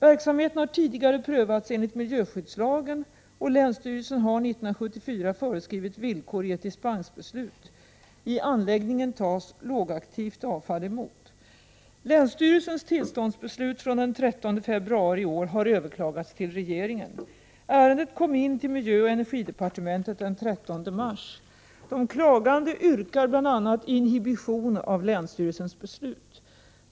Verksamheten har tidigare prövats enligt miljöskyddslagen och länsstyrelsen har 1974 föreskrivit villkor i ett dispensbeslut. I anläggningen tas lågaktivt avfall emot. Länsstyrelsens tillståndsbeslut från den 13 februari i år har överklagats till regeringen. Ärendet kom in till miljöoch energidepartementet den 13 mars. De klagande yrkar bl.a. inhibition av länsstyrelsens beslut.